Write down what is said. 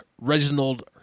Reginald